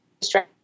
stretch